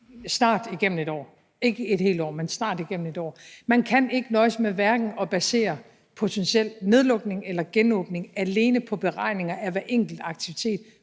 snart et år; ikke et helt år, men snart igennem et år – at basere potentiel nedlukning eller genåbning alene på beregninger af hver enkelt aktivitet,